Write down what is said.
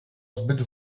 zbyt